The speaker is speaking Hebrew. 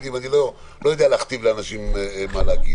אני לא יודע להכתיב לאנשים מה להגיד.